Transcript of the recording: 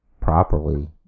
properly